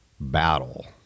battle